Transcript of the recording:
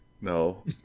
No